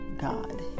God